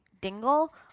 Dingle